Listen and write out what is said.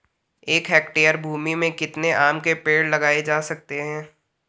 एक हेक्टेयर भूमि में कितने आम के पेड़ लगाए जा सकते हैं?